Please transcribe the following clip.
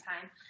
time